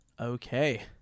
Okay